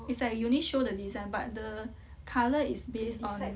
it's like you only show the design but the colour is based on